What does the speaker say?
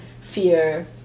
fear